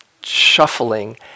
shuffling